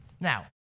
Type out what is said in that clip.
Now